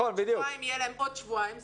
בעוד שבועיים יהיו להם עוד שבועיים.